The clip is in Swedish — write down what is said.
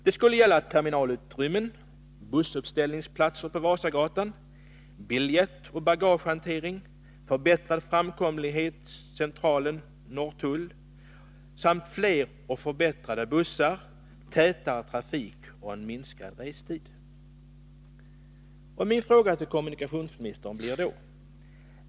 Det skulle gälla terminalutrymmen, bussuppställningsplatser på Vasagatan, biljettoch bagagehantering, förbättrad framkomlighet på sträckan Centralen-Norrtull, fler och förbättrade bussar, tätare trafik och minskad restid.